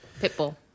Pitbull